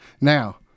Now